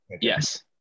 yes